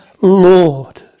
Lord